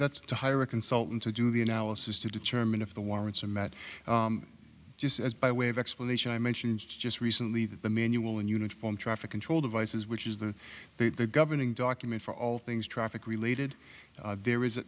that to hire a consultant to do the analysis to determine if the warrants are met just as by way of explanation i mentioned just recently that the manual and uniform traffic control devices which is the bit the governing document for all things traffic related there is